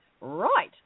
right